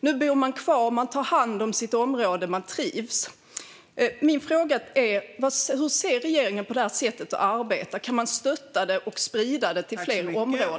Nu bor de kvar, tar hand om sitt område och trivs. Min fråga är: Hur ser regeringen på det sättet att arbeta? Kan man stötta det och sprida det till fler områden?